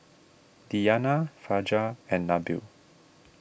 Diyana Fajar and Nabil